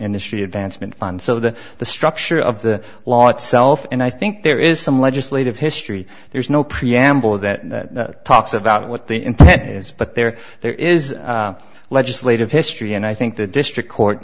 industry advancement fund so that the structure of the law itself and i think there is some legislative history there's no preamble that talks about what the intent is but there there is legislative history and i think the district court